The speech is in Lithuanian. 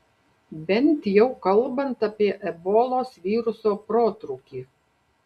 bent jau kalbant apie ebolos viruso protrūkį